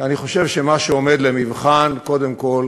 כי אני חושב שמה שעומד למבחן קודם כול